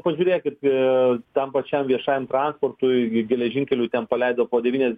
pažiūrėkit e tam pačiam viešajam transportui geležinkeliu ten paleido po devynis